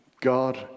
God